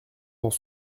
dans